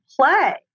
play